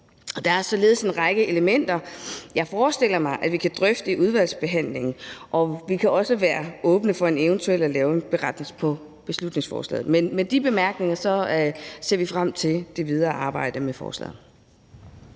Der er således en række elementer, jeg forestiller mig vi kan drøfte i udvalgsbehandlingen, og vi er også åbne over for eventuelt at lave en beretning over beslutningsforslaget. Med de bemærkninger ser vi frem til det videre arbejde med forslaget.